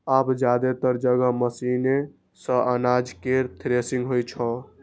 आब जादेतर जगह मशीने सं अनाज केर थ्रेसिंग होइ छै